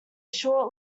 short